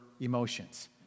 emotions